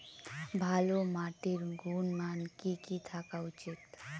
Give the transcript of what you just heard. ভালো মাটির গুণমান কি কি থাকা উচিৎ?